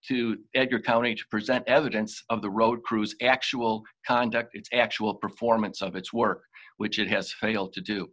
to present evidence of the road crews actual conduct actual performance of its work which it has failed to do